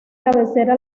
cabecera